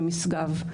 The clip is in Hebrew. במשגב,